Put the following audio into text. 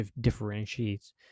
differentiates